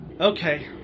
Okay